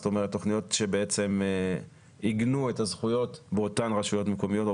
זאת אומרת תכניות שעיגנו את הזכויות באותן רשויות מקומיות או